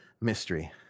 mystery